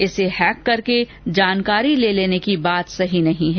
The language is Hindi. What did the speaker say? इसे हैक कर के जानकारी ले लेने की बात सही नहीं है